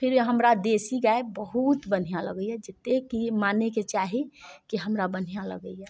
फेर हमरा देशी गाए बहुत बढ़िआँ लगैए जतेक कि मानयके चाही कि हमरा बढ़िआँ लगैए